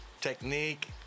technique